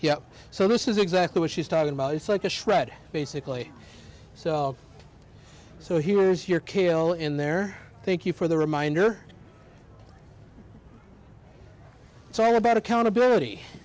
yeah so this is exactly what she's talking about it's like a shredder basically so so here is your kale in there thank you for the reminder so i know about accountability